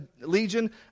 legion